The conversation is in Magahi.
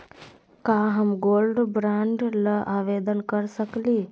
का हम गोल्ड बॉन्ड ल आवेदन कर सकली?